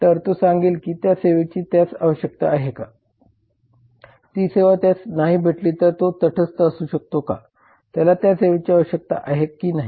तर तो सांगेल की त्या सेवेची त्यास आवश्यकता आहे का ती सेवा त्यास नाही भेटली तरी तो तटस्थ असू शकतो का त्याला त्या सेवेची आवश्यकता आहे की नाही